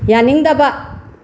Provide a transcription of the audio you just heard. ꯌꯥꯅꯤꯡꯗꯕ